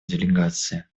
делегации